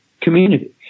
community